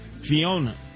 Fiona